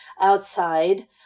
outside